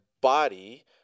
body